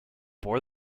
bore